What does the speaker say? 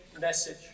message